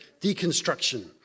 deconstruction